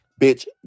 bitch